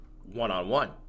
one-on-one